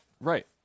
Right